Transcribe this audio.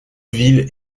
villes